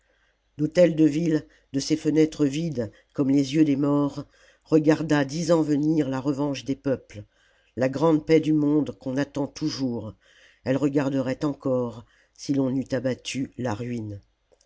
étrange l'hôtel-de-ville de ses fenêtres vides comme les yeux des morts regarda dix ans venir la revanche des peuples la grande paix du monde qu'on attend toujours elle regarderait encore si l'on n'eût abattu la ruine